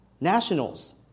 nationals